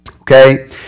okay